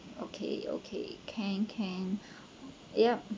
okay okay can can yup